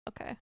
Okay